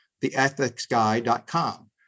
Theethicsguy.com